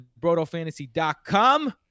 BrotoFantasy.com